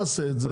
תעשה את זה",